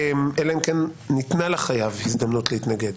אלא אם כן ניתנה לחייב הזדמנות להתנגד.